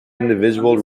individual